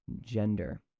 gender